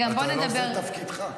אתה לא עושה את תפקידך.